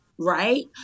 Right